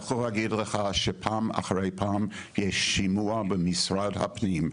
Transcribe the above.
שפעם אחרי פעם יש שימוע במשרד הפנים,